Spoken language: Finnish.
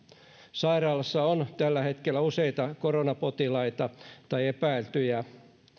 sairaalassa on tällä hetkellä useita koronapotilaita tai epäiltyjä